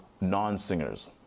non-singers